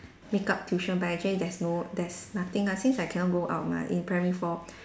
make up tuition but actually there's no there's nothing ah since I cannot go out mah in primary four